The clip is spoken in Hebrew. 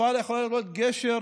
שפה יכולה להיות גשר